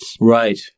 right